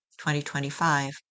2025